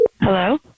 Hello